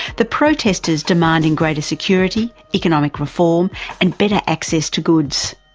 the protesters demanding greater security, economic reform and better access to goods.